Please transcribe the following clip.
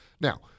Now